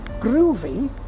groovy